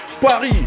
Paris